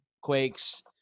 Quakes